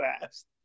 fast